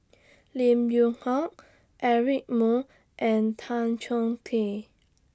Lim Yew Hock Eric Moo and Tan Chong Tee